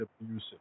abusive